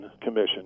Commission